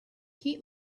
heat